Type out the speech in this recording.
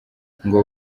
ngo